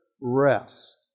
rest